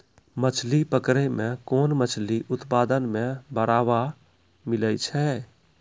मछली पकड़ै मे मछली उत्पादन मे बड़ावा मिलै छै